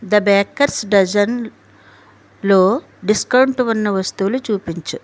the bakers డజన్లో discount ఉన్న వస్తువులు చూపించు